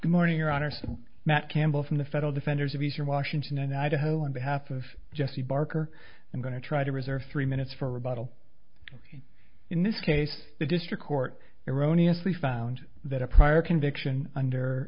good morning your honor said matt campbell from the federal defenders of eastern washington and idaho on behalf of jesse barker i'm going to try to reserve three minutes for rebuttal in this case the district court erroneously found that a prior conviction under